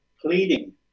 pleading